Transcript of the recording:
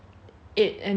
ate and then did